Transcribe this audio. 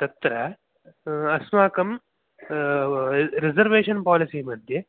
तत्र अस्माकं reservation policy मध्ये